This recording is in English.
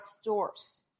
stores